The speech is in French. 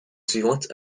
suivante